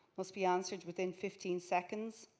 must be answered within fifteen seconds.